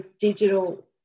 digital